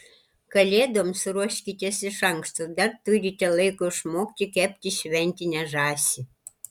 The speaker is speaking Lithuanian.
kalėdoms ruoškitės iš anksto dar turite laiko išmokti kepti šventinę žąsį